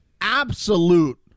absolute